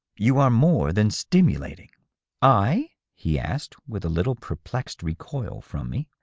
you are more than stimulating i? he asked, with a little perplexed recoil from me.